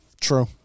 True